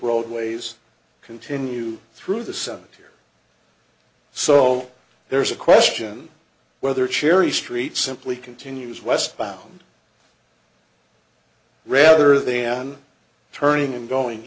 roadways continue through the cemetery so there's a question whether cherrie street simply continues westbound rather than turning and going